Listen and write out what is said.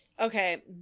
Okay